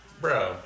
Bro